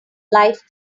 life